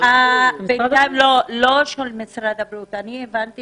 אני הבנתי